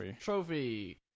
Trophy